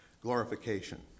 glorification